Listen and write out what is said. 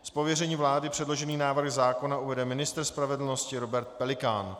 Z pověření vlády předložený návrh zákona uvede ministr spravedlnosti Robert Pelikán.